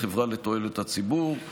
החברה לתועלת הציבור.